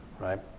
right